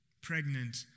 Pregnant